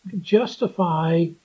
justify